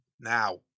now